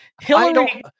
Hillary